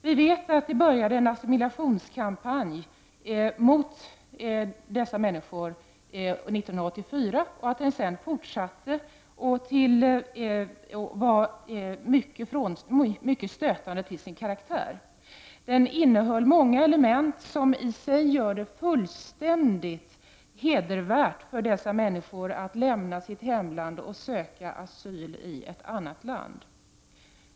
Vi vet att en assimileringskampanj mot dessa människor började 1984, en kampanj som sedan fortsatte och var mycket stötande till sin karaktär. Den innehöll många element som i sig gör det fullständigt hedervärt för dessa människor att lämna sitt hemland och söka asyl i ett annat land.